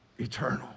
eternal